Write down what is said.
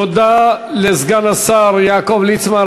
תודה לסגן השר יעקב ליצמן.